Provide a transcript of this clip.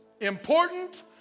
important